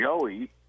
Joey